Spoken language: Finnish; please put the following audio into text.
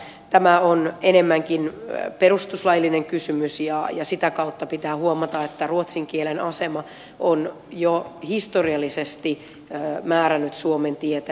minä uskon että tämä on enemmänkin perustuslaillinen kysymys ja sitä kautta pitää huomata että ruotsin kielen asema on jo historiallisesti määrännyt suomen tietä